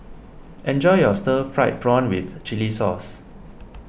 enjoy your Stir Fried Prawn with Chili Sauce